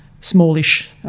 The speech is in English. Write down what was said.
smallish